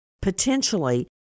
potentially